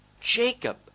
jacob